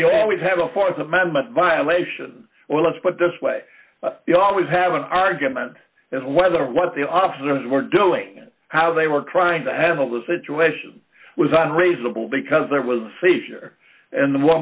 so you always have a th amendment violation well let's put this way you always have an argument and whether what the officers were doing and how they were trying to handle the situation was on reasonable because there was seizure and the